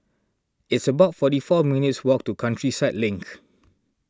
it's about forty four minutes' walk to Countryside Link